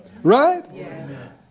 Right